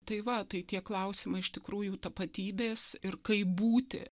tai va tai tie klausimai iš tikrųjų tapatybės ir kaip būti